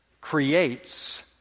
creates